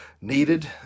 needed